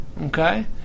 okay